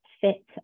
fit